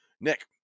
Nick